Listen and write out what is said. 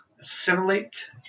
assimilate